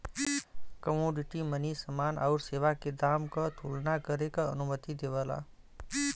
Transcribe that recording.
commodity money समान आउर सेवा के दाम क तुलना करे क अनुमति देवला